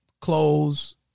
clothes